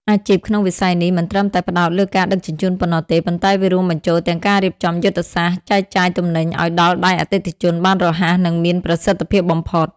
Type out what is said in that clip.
អាជីពក្នុងវិស័យនេះមិនត្រឹមតែផ្ដោតលើការដឹកជញ្ជូនប៉ុណ្ណោះទេ ប៉ុន្តែវារួមបញ្ចូលទាំងការរៀបចំយុទ្ធសាស្ត្រចែកចាយទំនិញឱ្យដល់ដៃអតិថិជនបានរហ័ស និងមានប្រសិទ្ធភាពបំផុត។